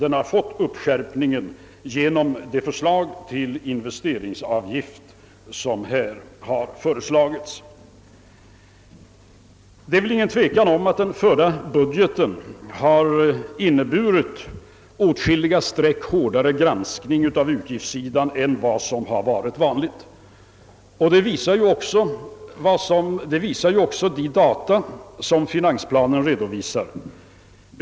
En sådan 'uppskärpning kan genomföras genom vårt förslag till investeringsavgift. Det är väl ingen tvekan om att den framlagda budgeten har inneburit en hårdare granskning av utgiftssidan än vad som har varit vanligt. Det visar också de data som finansplanen redovisat.